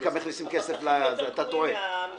הם מכניסים כסף לקופת הרשות המקומית.